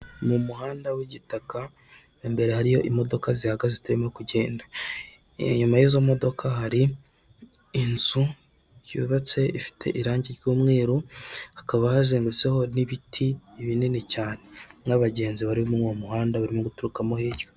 Mu muhanda w'igitaka imbere hariyo imodoka zihagaze zitarimo kugenda inyuma y'izo modoka, hari inzu yubatse ifite irangi ry'umweru hakaba hazengutseho n'ibiti binini cyane n'abagenzi bari muri uwo muhanda barimo guturukamo hirya.